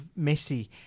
Messi